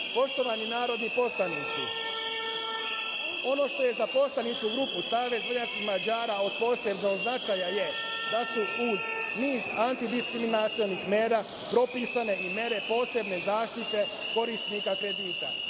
narodni poslanici, ono što je za poslaničku grupu Savez vojvođanskih Mađara od posebnog značaja je da su u niz antidskriminacionih mera propisane i mere posebne zaštite korisnika kredita.